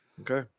Okay